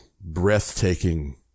breathtaking